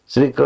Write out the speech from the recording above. Sri